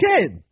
kid